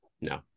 No